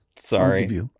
Sorry